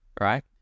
Right